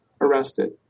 arrested